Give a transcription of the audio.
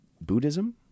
buddhism